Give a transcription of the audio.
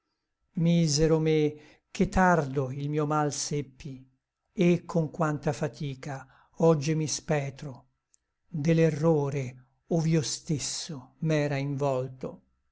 misero me che tardo il mio mal seppi et con quanta faticha oggi mi spetro de l'errore ov'io stesso m'era involto